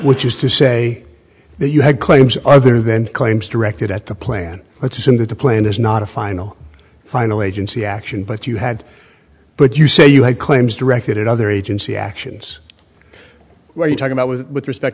which is to say that you had claims other then claims directed at the plan let's assume that the plan is not a final final agency action but you had but you say you had claims directed at other agency actions where you talk about with respect